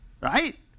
right